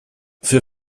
für